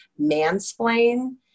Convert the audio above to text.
mansplain